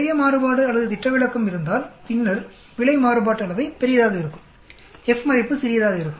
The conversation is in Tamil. நிறைய மாறுபாடு அல்லது திட்ட விலக்கம் இருந்தால் பின்னர் பிழை மாறுபாட்டு அளவை பெரியதாக இருக்கும் F மதிப்பு சிறியதாக இருக்கும்